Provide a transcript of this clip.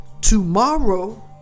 tomorrow